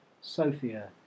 Sophia